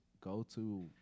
go-to